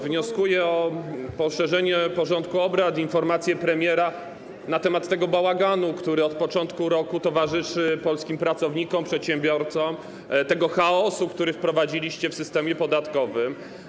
Wnioskuję o poszerzenie porządku obrad i o informację premiera na temat tego bałaganu, który od początku roku towarzyszy polskim pracownikom, przedsiębiorcom, tego chaosu, który wprowadziliście w systemie podatkowym.